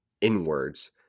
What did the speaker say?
inwards